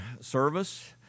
service